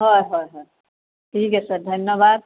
হয় হয় হয় ঠিক আছে ধন্যবাদ